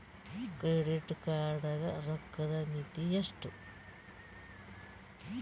Credit card ಗ ರೋಕ್ಕದ್ ಮಿತಿ ಎಷ್ಟ್ರಿ?